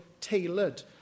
tailored